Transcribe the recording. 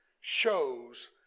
shows